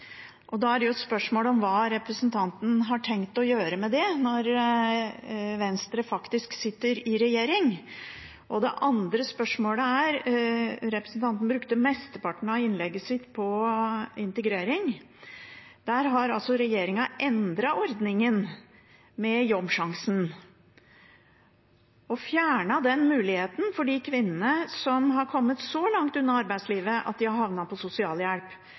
Da er det et spørsmål hva representanten har tenkt å gjøre med det, når Venstre faktisk sitter i regjering. Det andre spørsmålet er: Representanten brukte mesteparten av innlegget sitt på integrering. Der har altså regjeringen endret ordningen med Jobbsjansen og fjernet den muligheten for de kvinnene som har kommet så langt unna arbeidslivet at de har havnet på